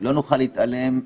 לא נוכל להתעלם מזה,